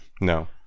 No